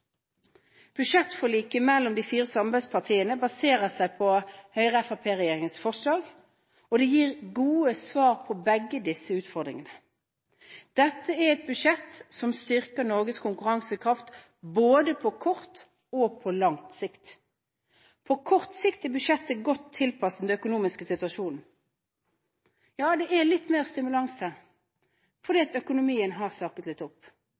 Budsjettforliket mellom de fire samarbeidspartiene baserer seg på Høyre–Fremskrittsparti-regjeringens forslag, og det gir gode svar på begge disse utfordringene. Dette er et budsjett som styrker Norges konkurransekraft både på kort og på lang sikt. På kort sikt er budsjettet godt tilpasset den økonomiske situasjonen. Ja, det er litt mer stimulans, fordi økonomien har slakket litt opp.